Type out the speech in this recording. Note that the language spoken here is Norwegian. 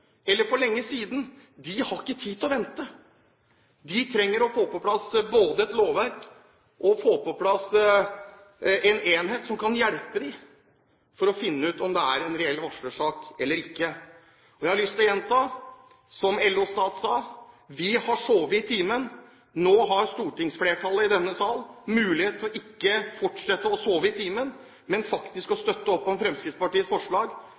eller for lenge siden. De har ikke tid til å vente. Man trenger å få på plass både et lovverk og en enhet som kan hjelpe dem til å finne ut om det er en reell varslersak eller ikke. Jeg har lyst til å gjenta det som LO Stat sa: Vi har sovet i timen. Nå har flertallet i denne sal mulighet til ikke å fortsette å sove i timen, men støtte opp om forslagene i disse sakene som Fremskrittspartiet har alene eller sammen med andre, forslag